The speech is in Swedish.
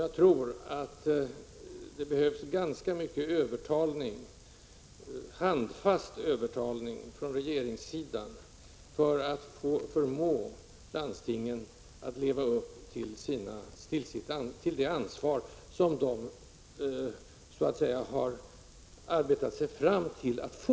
Jag tror att det behövs ganska mycket handfast övertalning från regeringssidan för att förmå landstingen att leva upp till det ansvar som de så att säga har arbetat sig fram till att få.